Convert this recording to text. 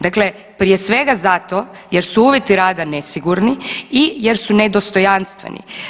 Dakle, prije svega zato jer su uvjeti rada nesigurni i jer su nedostojanstveni.